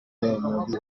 muri